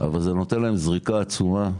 אבל זה נותן להם זריקה עצומה.